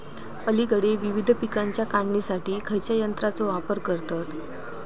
अलीकडे विविध पीकांच्या काढणीसाठी खयाच्या यंत्राचो वापर करतत?